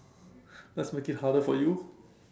let's make it harder for you